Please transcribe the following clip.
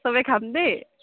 সবেই খাম দেই